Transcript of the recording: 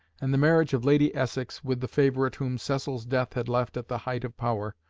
and the marriage of lady essex with the favourite whom cecil's death had left at the height of power,